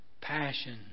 passion